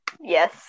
Yes